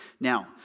Now